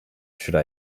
should